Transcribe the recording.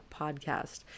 podcast